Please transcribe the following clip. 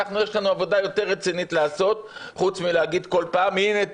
יש לנו עבודה יותר רצינית לעשות חוץ מלהגיד כל פעם: הנה,